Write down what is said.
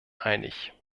einig